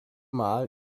mal